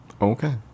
Okay